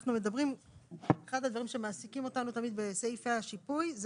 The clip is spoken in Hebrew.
אחד הדברים שמעסיקים אותנו תמיד בסעיפי השיפוי זה